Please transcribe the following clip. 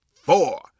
four